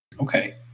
Okay